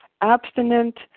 abstinent